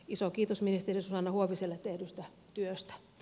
iso kiitos ministeri susanna huoviselle tehdystä työstä